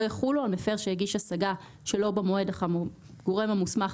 יחולו על מפר שהגיש השגה שלא במועד שהגורם המוסמך